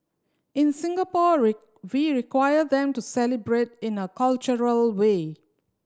in Singapore we require them to celebrate in a cultural way